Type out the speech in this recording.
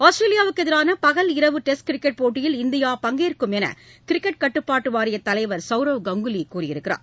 ஆஸ்திரேலியாவுக்கு எதிராக பகல் இரவு டெஸ்ட் கிரிக்கெட் போட்டியில் இந்தியா பங்கேற்கும் என்று கிரிக்கெட் கட்டுப்பாட்டு வாரியத் தலைவர் சவ்ரவ் கங்குலி கூறியுள்ளார்